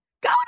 go